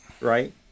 right